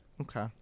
Okay